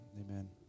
amen